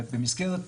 במסגרת